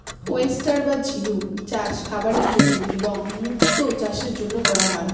oyster বা ঝিনুক চাষ খাবারের জন্য এবং মুক্তো চাষের জন্য করা হয়